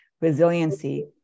resiliency